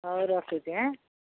ହଉ ରଖୁଛିି ଆଁ